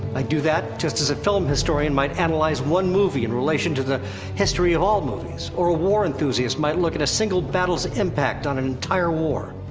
i do that just as a film historian might analyze one movie in relation to the history of all movies, or a war enthusiast might look at a single battle's impact on an entire war.